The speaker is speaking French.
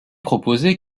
proposé